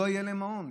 לא יהיה להם מעון,